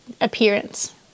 appearance